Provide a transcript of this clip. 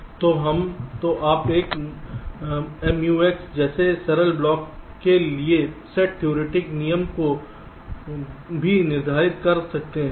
तो आप एक MUX जैसे सरल ब्लॉक के लिए सेट थ्योरिटिक नियम को भी निर्धारित कर सकते हैं